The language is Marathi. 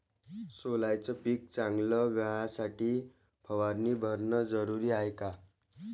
सोल्याचं पिक चांगलं व्हासाठी फवारणी भरनं जरुरी हाये का?